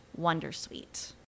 wondersuite